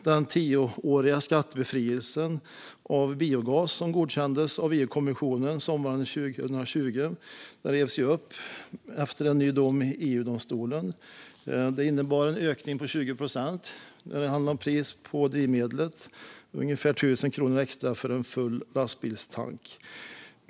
Den tioåriga skattebefrielse för biogas som godkändes av EU-kommissionen sommaren 2020 revs upp efter en ny dom i EU-domstolen. Det innebär en ökning på 20 procent när det handlar om pris på drivmedlet och ungefär 1 000 kronor extra för en full lastbilstank.